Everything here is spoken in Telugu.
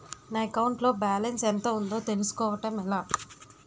నా అకౌంట్ లో బాలన్స్ ఎంత ఉందో తెలుసుకోవటం ఎలా?